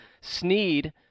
Sneed